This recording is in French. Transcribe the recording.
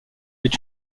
est